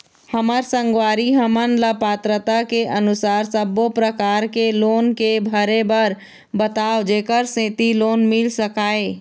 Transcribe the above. हमर संगवारी हमन ला पात्रता के अनुसार सब्बो प्रकार के लोन के भरे बर बताव जेकर सेंथी लोन मिल सकाए?